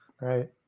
Right